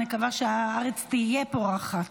מקווה שהארץ תהיה פורחת.